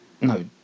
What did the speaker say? No